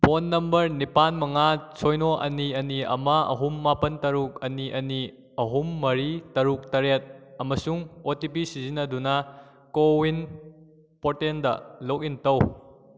phone number ꯅꯤꯄꯥꯜ ꯃꯉꯥ ꯁꯤꯅꯣ ꯑꯅꯤ ꯑꯅꯤ ꯑꯃ ꯑꯍꯨꯝ ꯃꯥꯄꯜ ꯇꯔꯨꯛ ꯑꯅꯤ ꯑꯅꯤ ꯑꯍꯨꯝ ꯃꯔꯤ ꯇꯔꯨꯛ ꯇꯔꯦꯠ ꯑꯃꯁꯨꯡ ꯑꯣ ꯇꯤ ꯄꯤ ꯁꯤꯖꯤꯟꯅꯗꯨꯅ ꯀꯣꯋꯤꯟ ꯄꯣꯔꯇꯦꯜꯗ ꯂꯣꯒꯏꯟ ꯇꯧ